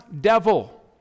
devil